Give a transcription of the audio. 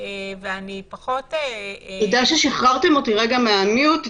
ואני פחות --- תודה ששחררתם אותי רגע מהמיוט.